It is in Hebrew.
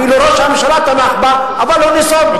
אפילו ראש הממשלה תמך בה אבל הוא נסוג.